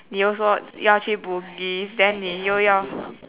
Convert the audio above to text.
你又说要去 Bugis then 你又要